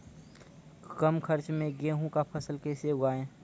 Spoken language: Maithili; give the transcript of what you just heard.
कम खर्च मे गेहूँ का फसल कैसे उगाएं?